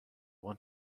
want